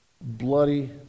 bloody